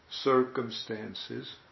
circumstances